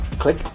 click